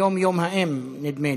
היום יום האם, נדמה לי,